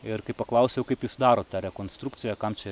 ir kai paklausiau kaip jis daro tą rekonstrukciją kam čia